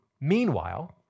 Meanwhile